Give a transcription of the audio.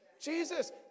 Jesus